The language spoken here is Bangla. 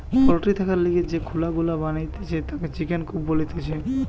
পল্ট্রি থাকার লিগে যে খুলা গুলা বানাতিছে তাকে চিকেন কূপ বলতিছে